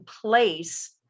place